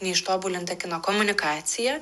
neištobulinta kino komunikacija